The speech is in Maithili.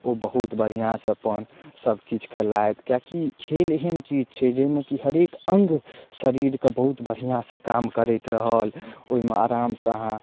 ओ बहुत बढ़िआँसँ अपन सबकिछु कयलथि किएककि खेल एहन चीज छै जाहिमे की हरेक अङ्ग शरीरके बहुत बढ़िआँसँ काम करैत रहत ओइमे आरामसँ अहाँ